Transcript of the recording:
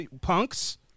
punks